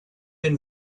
been